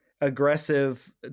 aggressive